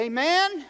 Amen